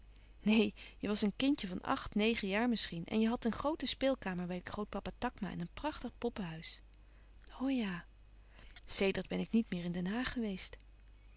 neen je was een kindje van acht negen jaar misschien en je hadt een groote speelkamer bij grootpapa takma en een prachtig poppehuis o ja sedert ben ik niet meer in den haag geweest